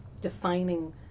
defining